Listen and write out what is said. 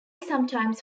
sometimes